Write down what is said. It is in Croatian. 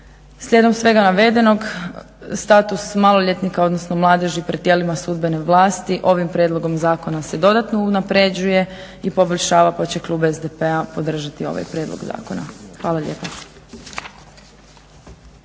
Slijedom svega navedenog status maloljetnika odnosno mladeži pred tijelima sudbene vlasti ovim prijedlogom zakona se dodatno unapređuje i poboljšava pa će klub SDP-a podržati ovaj prijedlog zakona. Hvala lijepa.